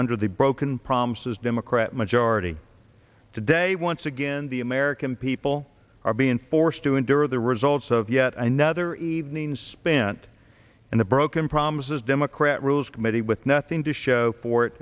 under the broken promises democrat majority today once again the american people are being forced to endure the results of yet another evening spent in the broken promises democrat rules committee with nothing to show for it